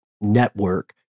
network